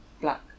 black